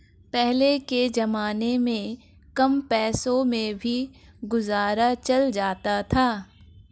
पहले के जमाने में कम पैसों में भी गुजारा चल जाता था